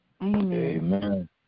Amen